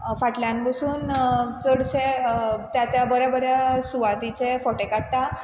फाटल्यान बसून चडशें त्या त्या बऱ्या बऱ्या सुवातीचे फोटे काडटा